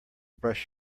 brush